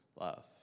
love